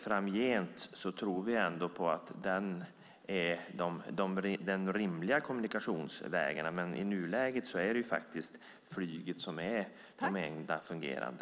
Framgent tror vi att de är de enda rimliga kommunikationsvägarna, men i nuläget är det faktiskt flyget som är den enda fungerande.